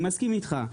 מסכים איתך.